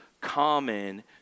common